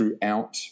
throughout